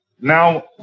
Now